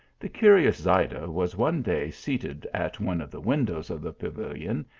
the curious zayda was one day seated at one of the windows of the pavilion,